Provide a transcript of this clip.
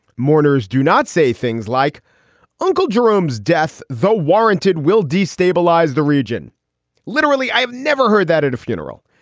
mourners do not say things like uncle jerome's death, though warranted, will destabilize the region literally. i have never heard that at a funeral.